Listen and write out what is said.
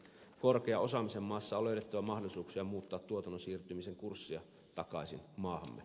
korkean osaamisen maassa on löydettävä mahdollisuuksia muuttaa tuotannon siirtymisen kurssia takaisin maahamme